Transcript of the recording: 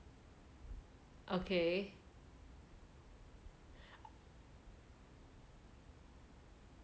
okay